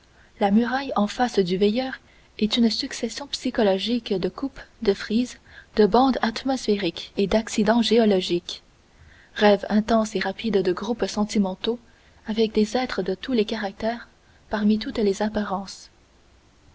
la muraille en face du veilleur est une succession psychologique de coupes de frises de bandes atmosphériques et d'accidents géologiques rêve intense et rapide de groupes sentimentaux avec des êtres de tous les caractères parmi toutes les apparences